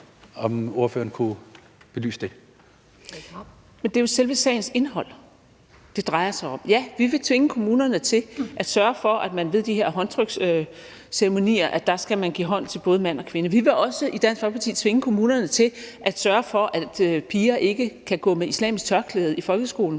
Kl. 11:32 Marie Krarup (DF): Det er jo selve sagens indhold, det drejer sig om. Ja, vi vil tvinge kommunerne til at sørge for, at man ved de her håndtryksceremonier giver hånd til både mand og kvinde, og vi vil i Dansk Folkeparti også tvinge kommunerne til at sørge for, at piger ikke kan gå med islamisk tørklæde i folkeskolen